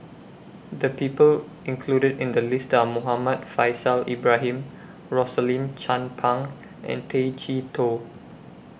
The People included in The list Are Muhammad Faishal Ibrahim Rosaline Chan Pang and Tay Chee Toh